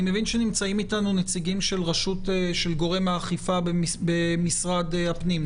אני מבין שנמצאים איתנו נציגים של גורמי האכיפה במשרד הפנים.